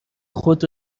خود